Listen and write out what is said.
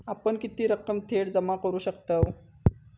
आपण किती रक्कम थेट जमा करू शकतव?